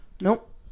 Nope